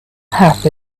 have